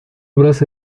obras